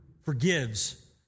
forgives